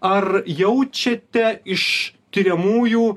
ar jaučiate iš tiriamųjų